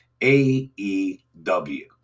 AEW